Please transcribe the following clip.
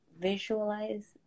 Visualize